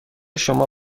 شما